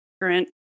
current